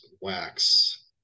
wax